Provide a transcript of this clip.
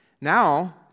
now